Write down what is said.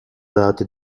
dati